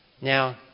Now